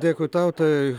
dėkui tau tai